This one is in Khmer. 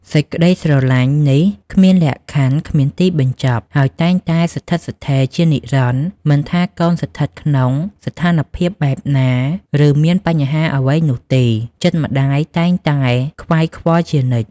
សេចក្ដីស្រឡាញ់នេះគ្មានលក្ខខណ្ឌ គ្មានទីបញ្ចប់ ហើយតែងតែស្ថិតស្ថេរជានិរន្តរ៍។ មិនថា កូនស្ថិតក្នុងស្ថានភាពបែបណា ឬមានបញ្ហាអ្វីនោះទេ ចិត្តម្ដាយតែងតែខ្វាយខ្វល់ជានិច្ច។